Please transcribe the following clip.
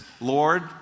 Lord